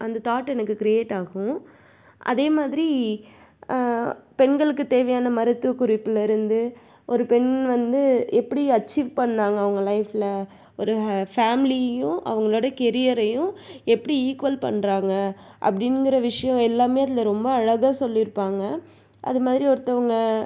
அந்த தாட் எனக்கு கிரியேட் ஆகும் அதே மாதிரி பெண்களுக்குத் தேவையான மருத்துவக் குறிப்புலேருந்து ஒரு பெண் வந்து எப்படி அச்சீவ் பண்ணாங்க அவங்க லைஃப்பில் ஒரு ஃபேமிலியையும் அவங்களோட கெரியரையும் எப்படி ஈக்குவல் பண்ணுறாங்க அப்படிங்கிற விஷயம் எல்லாமே அதில் ரொம்ப அழகாக சொல்லியிருப்பாங்க அது மாதிரி ஒருத்தங்க